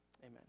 Amen